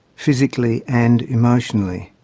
physically and emotionally.